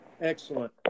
Excellent